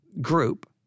group